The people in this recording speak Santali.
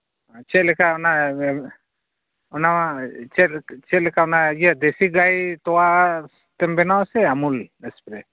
ᱪᱮᱫ ᱞᱮᱠᱟ ᱚᱱᱟ ᱚᱱᱟ ᱪᱮᱫ ᱪᱮᱫ ᱞᱮᱠᱟ ᱚᱱᱟ ᱫᱮᱥᱤ ᱜᱟᱹᱭ ᱛᱳᱣᱟ ᱛᱮᱢ ᱵᱮᱱᱟᱣᱟ ᱥᱮ ᱟᱹᱢᱩᱞ ᱮᱥᱯᱨᱮ